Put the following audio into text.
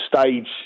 stage